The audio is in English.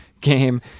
game